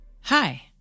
Hi